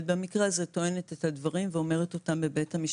במקרה הזה טוענת את הדברים ואומרת אותם בבית המשפט,